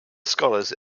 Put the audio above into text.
scholars